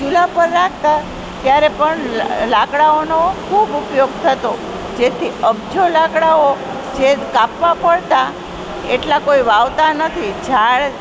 ચૂલા પર રાખતા ત્યારે પણ લાકડાઓનો ખૂબ ઉપયોગ થતો જેથી અબજો લાકડાઓ જે કાપવાં પડતાં એટલાં કોઈ વાવતા નથી ઝાડ